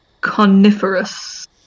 Coniferous